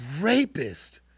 rapist